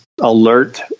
alert